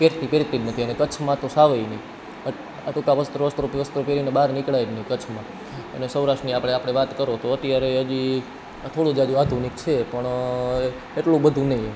પહેરતી પહેરતી જ નથી ને અને કચ્છમાં તો સાવ નહીં આ ટૂંકા વસ્ત્રો વસ્ત્રો વસ્ત્રો પહેરીને બહાર નીકળાય જ નહીં કચ્છમાં અને સૌરાષ્ટ્રની આપણે આપણે વાત કરો તો અત્યારે હજી આ થોડું ઝાઝું આધુનિક છે પણ એટલું બધુ નહીં એમ